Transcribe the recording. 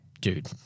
dude